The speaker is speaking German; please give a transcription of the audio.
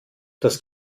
das